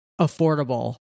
affordable